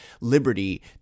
liberty